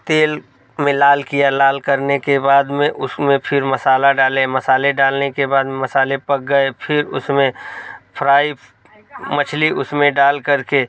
तेल में लाल किया लाल करने के बाद में उसमें फिर मसाला डाले मसाले डालने के बाद में मसाले पक गए फिर उसमें फ़्राई मछली उसमें डाल कर के